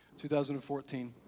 2014